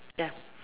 ya